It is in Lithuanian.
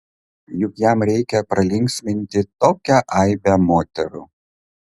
juk jam reikia pralinksminti tokią aibę moterų